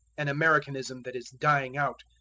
an americanism that is dying out.